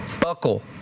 buckle